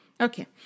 Okay